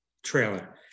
trailer